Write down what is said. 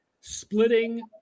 splitting